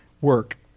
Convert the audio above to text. Work